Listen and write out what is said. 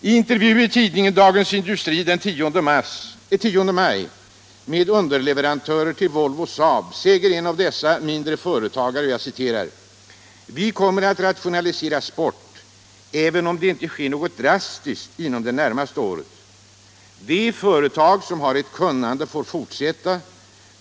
I en intervju i tidningen Dagens Industri den 10 maj med underleverantörer till Volvo-SAAb säger en av dessa mindre företagare: ”Vi kommer att rationaliseras bort, även om det inte sker något drastiskt inom det närmaste året. De företag som har ett kunnande får fortsätta.